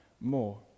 more